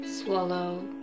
swallow